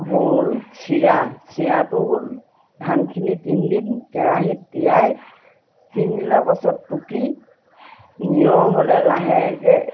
হ'ল চিৰা চিৰাটো হ'ল ধানখিনি তিনিদিন কেৰাহীত তিয়াই তিনিদিনৰ পাছত টুকি নিয় হ'লে লাহেকৈ